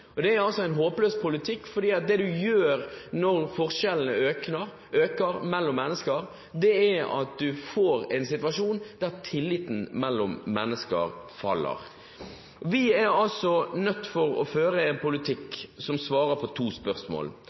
Det er altså en håpløs politikk, for det som skjer når forskjellene øker mellom mennesker, er at man får en situasjon der tilliten mellom mennesker faller. Vi er altså nødt til å føre en politikk som svarer på to spørsmål.